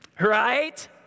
right